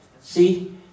See